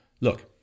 look